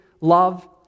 love